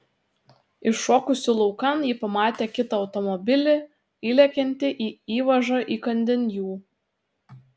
iššokusi laukan ji pamatė kitą automobilį įlekiantį į įvažą įkandin jų